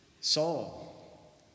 Saul